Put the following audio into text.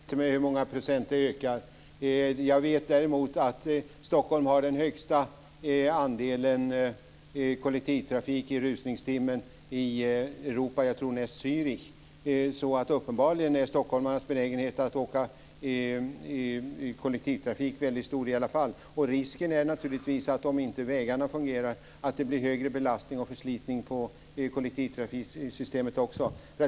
Fru talman! Jag vet inte med hur många procent det ökar. Jag vet däremot att Stockholm har den högsta andelen kollektivtrafik i rusningstimmen i Europa näst Zürich. Uppenbarligen är stockholmarnas benägenhet att åka med kollektivtrafik väldigt stor i alla fall. Risken är naturligtvis, om inte vägarna fungerar, att det blir högre belastning och förslitning på kollektivtrafiksystemet också.